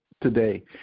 today